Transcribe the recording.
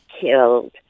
killed